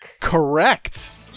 Correct